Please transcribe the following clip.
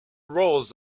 rolls